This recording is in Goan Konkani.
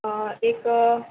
एक